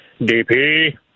DP